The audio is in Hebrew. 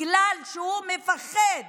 אלא שהוא מפחד